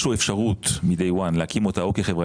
יש לו אפשרות מ-Day one להקים אותה או כחברה